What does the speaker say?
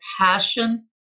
passion